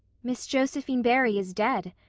miss josephine barry is dead,